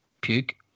puke